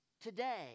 today